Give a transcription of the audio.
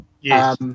Yes